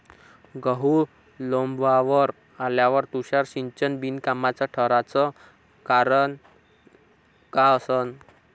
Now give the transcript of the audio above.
गहू लोम्बावर आल्यावर तुषार सिंचन बिनकामाचं ठराचं कारन का असन?